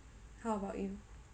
how about you